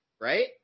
right